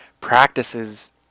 practices